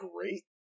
great